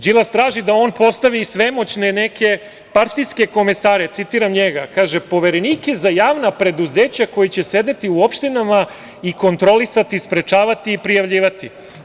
Đilas traži da on postavi svemoćne partijske komesare, citiram njega – poverenika za javna preduzeća koji će sedeti u opštinama i kontrolisati, sprečavati i prijavljivati.